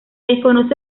desconoce